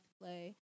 play